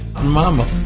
Mama